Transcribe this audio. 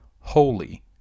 holy